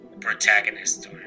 protagonist